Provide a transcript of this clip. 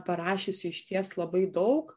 parašiusi išties labai daug